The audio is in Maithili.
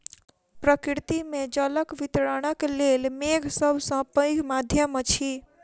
प्रकृति मे जलक वितरणक लेल मेघ सभ सॅ पैघ माध्यम अछि